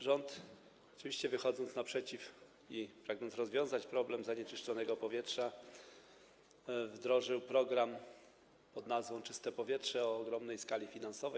Rząd, oczywiście wychodząc naprzeciw i pragnąc rozwiązać problem zanieczyszczonego powietrza, wdrożył program pod nazwą „Czyste powietrze” o ogromnej skali finansowej.